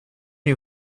you